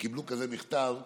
וקיבלו כזה מכתב אמרו: